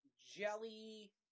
jelly